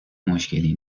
مشکلی